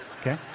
okay